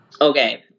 Okay